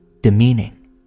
demeaning